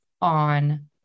on